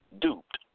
duped